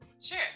Sure